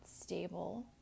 stable